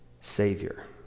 Savior